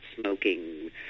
smoking